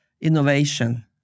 innovation